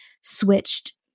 switched